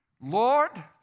Lord